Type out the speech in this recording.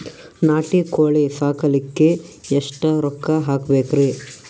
ನಾಟಿ ಕೋಳೀ ಸಾಕಲಿಕ್ಕಿ ಎಷ್ಟ ರೊಕ್ಕ ಹಾಕಬೇಕ್ರಿ?